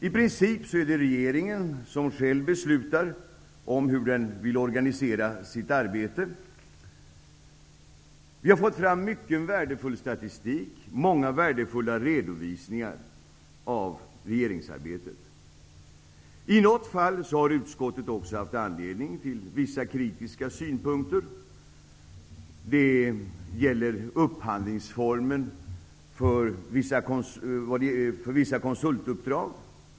I princip är det regeringen som själv beslutar om hur den vill organisera sitt arbete. Vi har fått fram mycket värdefull statistik och många värdefulla redovisningar om regeringsarbetet. I något fall har utskottet också haft anledning till vissa kritiska synpunkter. Det gäller upphandlingsformen för vissa konsultuppdrag.